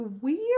weird